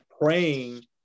praying